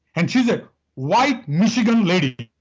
and she's a white, michigan lady,